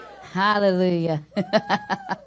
Hallelujah